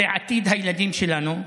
זה עתיד הילדים שלנו.